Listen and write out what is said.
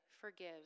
forgive